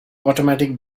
automatic